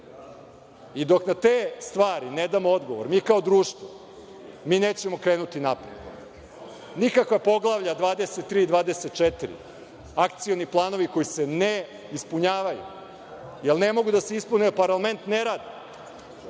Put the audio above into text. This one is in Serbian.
Dok na te stvari ne damo odgovor, mi kao društvo, nećemo krenuti napred, nikakva Poglavlja 23 i 24, akcioni planovi koji se ne ispunjavaju, jer ne mogu da se ispune jer parlament ne radi.